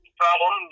problem